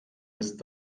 ist